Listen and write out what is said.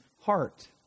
heart